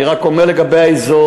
אני רק אומר לגבי האזור,